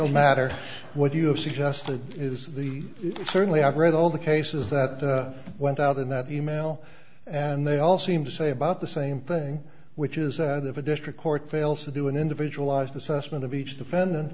radical matter what you have suggested is the certainly i've read all the cases that went out in the e mail and they all seem to say about the same thing which is a district court fails to do an individualized assessment of each defend